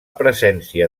presència